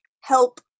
help